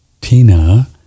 Tina